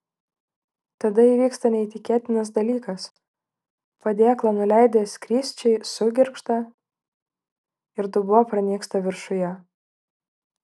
tada įvyksta neįtikėtinas dalykas padėklą nuleidę skrysčiai sugirgžda ir dubuo pranyksta viršuje